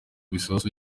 bisasu